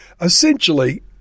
essentially